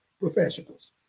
professionals